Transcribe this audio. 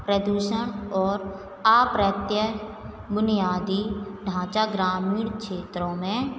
प्रदूषण और अप्रत्यय बुनियादी ढाँचा ग्रामीण क्षेत्रों में